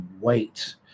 wait